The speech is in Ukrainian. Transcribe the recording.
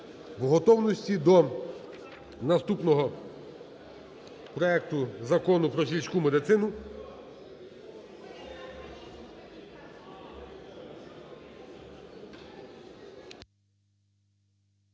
в готовності до наступного проекту Закону про сільську медицину.